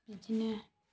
बिदिनो